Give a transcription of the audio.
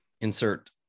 Insert